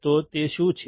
તો તે શું છે